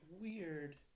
weird